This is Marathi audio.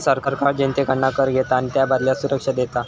सरकार जनतेकडना कर घेता आणि त्याबदल्यात सुरक्षा देता